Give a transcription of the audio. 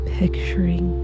picturing